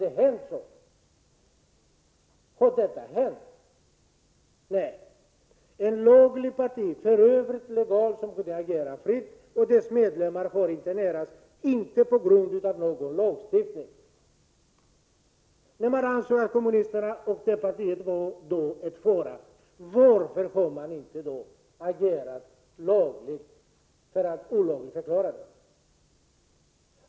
Medlemmarna av ett lagligt parti, som i övrigt kunde agera fritt, internerades utan grund i någon lagstiftning. När man ansåg att kommunisterna och deras parti var en fara — varför agerade man då inte för att olagligförklara dem?